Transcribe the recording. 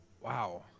wow